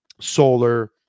solar